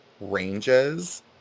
ranges